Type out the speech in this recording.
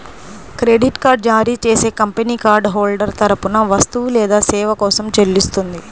credit card జారీ చేసే company card holder తరపున వస్తువు లేదా సేవ కోసం చెల్లిస్తుంది